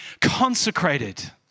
consecrated